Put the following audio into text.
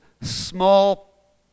small